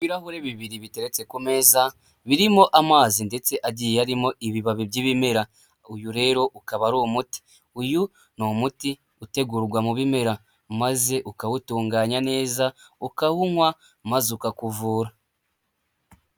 Ibihure bibiri biteretse ku meza, birimo amazi ndetse agiye arimo ibibabi by'ibimera. Uyu rero ukaba ari umuti. Uyu ni umuti utegurwa mu bimera maze ukawutunganya neza ukawunywa maze ukakuvura.